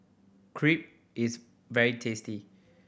crepe is very tasty